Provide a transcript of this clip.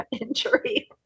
injury